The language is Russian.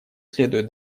следует